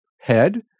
head